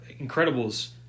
Incredibles